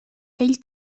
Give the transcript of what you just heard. ell